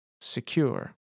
Secure